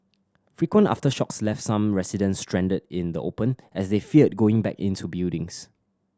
frequent aftershocks left some residents stranded in the open as they feared going back into buildings